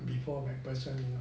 before macpherson you know